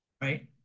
right